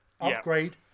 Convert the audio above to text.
upgrade